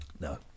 No